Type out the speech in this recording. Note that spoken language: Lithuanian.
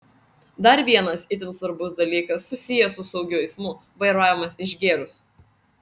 dar vienas itin svarbus dalykas susijęs su saugiu eismu vairavimas išgėrus